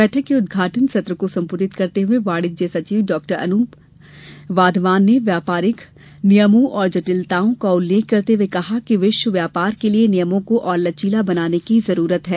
बैठक के उद्घाटन सत्र को संबोधित करते हुए वाणिज्य सचिव डाक्टर अनूप वाधवान ने व्यापारिक नियमों और जटिलताओं का उल्लेख करते हुए कहा कि विश्व व्यापार के लिए नियमों को और लचीला बनाने की जरूरत है